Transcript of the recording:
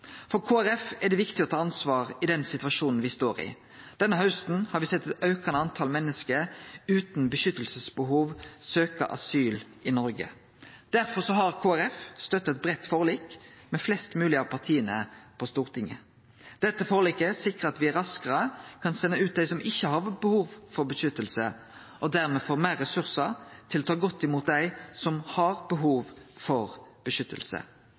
Kristeleg Folkeparti er det viktig å ta ansvar i den situasjonen me står i. Denne hausten har me sett eit aukande tal menneske utan behov for vern søkje asyl i Noreg. Derfor har Kristeleg Folkeparti støtta eit breitt forlik mellom flest mogleg av partia på Stortinget. Dette forliket sikrar at me raskare kan sende ut dei som ikkje har behov for vern, og dermed få fleire ressursar til å ta godt imot dei som har behov for